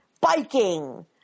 Biking